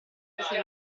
essere